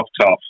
tough